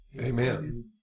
Amen